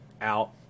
out